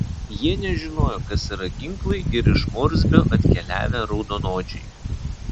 jie nežinojo kas yra ginklai ir iš morsbio atkeliavę raudonodžiai